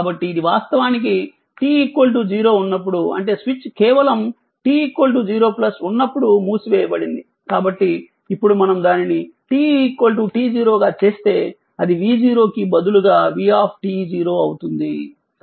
కాబట్టి ఇది వాస్తవానికి t 0 ఉన్నప్పుడు ఉంటే స్విచ్ కేవలం t 0 0 ఉన్నప్పుడు మూసివేయబడింది కాబట్టి ఇప్పుడు మనం దానిని t t0 గా చేస్తే అది v0 కి బదులుగా v అవుతుంది